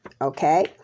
Okay